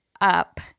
up